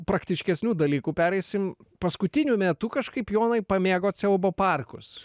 praktiškesnių dalykų pereisim paskutiniu metu kažkaip jonai pamėgot siaubo parkus